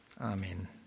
Amen